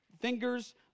Fingers